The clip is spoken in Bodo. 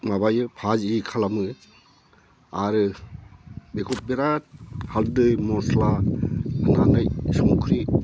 माबायो भाजि खालामो आरो बेखौ बिराद हालदै मस्ला होनानै संख्रि